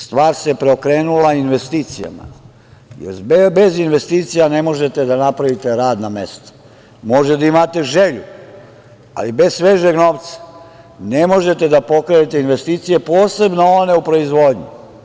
Stvar se preokrenula investicijama, jer bez investicija ne možete da napravite radna mesta, možete da imate želju, ali bez svežeg novca, ne možete da pokrenete investicije, posebno one u proizvodnji.